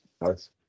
nice